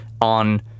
on